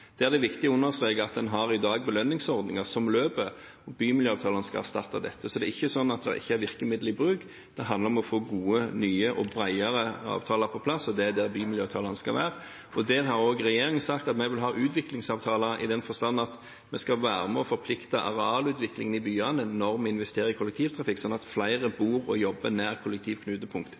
er det viktig å understreke at en har i dag belønningsordninger som løper, og bymiljøavtalene skal erstatte dette, så det er ikke slik at det ikke er virkemidler i bruk. Det handler om å få gode, nye og bredere avtaler på plass, og det er det bymiljøavtalene skal være. Der har også regjeringen sagt at vi vil ha utviklingsavtaler, i den forstand at vi skal være med og forplikte arealutviklingen i byene når vi investerer i kollektivtrafikk, slik at flere